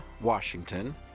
Washington